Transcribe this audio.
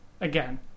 again